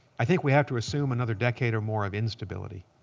i think we have to assume another decade or more of instability.